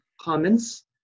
comments